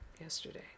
yesterday